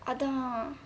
அதான்:athaan